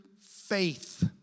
faith